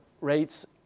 rates